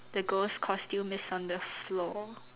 the ghost costume is on the floor